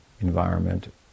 environment